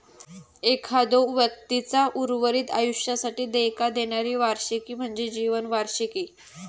एखाद्यो व्यक्तीचा उर्वरित आयुष्यासाठी देयका देणारी वार्षिकी म्हणजे जीवन वार्षिकी